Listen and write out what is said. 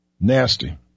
Nasty